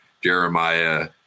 Jeremiah –